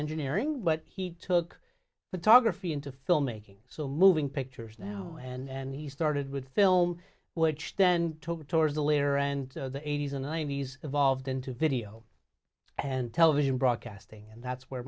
engineering but he took photography into filmmaking so moving pictures now and he started with film which then took towards the later end of the eighty's and ninety's evolved into video and television broadcasting and that's where